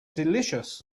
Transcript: delicious